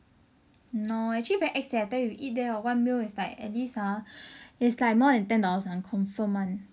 !hannor! actually very ex leh I tell you you eat there hor one meal is like at least ah is like more than ten dollars [one] confirm [one]